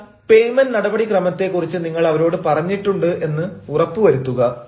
എന്നാൽ പെയ്മെന്റ് നടപടിക്രമത്തെ കുറിച്ച് നിങ്ങൾ അവരോട് പറഞ്ഞിട്ടുണ്ട് എന്ന് ഉറപ്പു വരുത്തുക